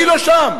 אני לא שם.